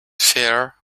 fear